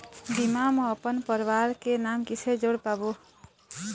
बीमा म अपन परवार के नाम किसे जोड़ पाबो?